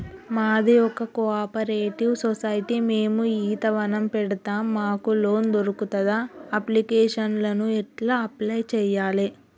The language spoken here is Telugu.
మాది ఒక కోఆపరేటివ్ సొసైటీ మేము ఈత వనం పెడతం మాకు లోన్ దొర్కుతదా? అప్లికేషన్లను ఎట్ల అప్లయ్ చేయాలే?